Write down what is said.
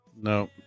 No